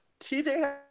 TJ